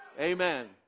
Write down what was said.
Amen